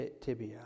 tibia